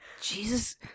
Jesus